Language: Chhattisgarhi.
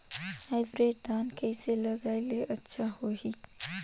हाईब्रिड धान कइसे लगाय ले अच्छा होही?